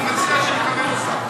אני מציע שנקדם אותה.